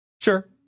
Sure